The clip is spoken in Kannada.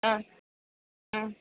ಹಾಂ ಹ್ಞೂ